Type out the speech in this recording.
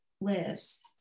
lives